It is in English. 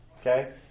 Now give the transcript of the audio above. Okay